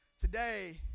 today